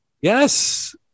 Yes